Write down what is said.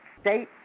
state